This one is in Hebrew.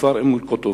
כפר אום-אלקטף,